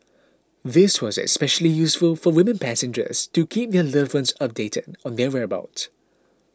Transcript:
this was especially useful for women passengers to keep their loved ones updated on their whereabouts